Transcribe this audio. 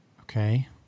Okay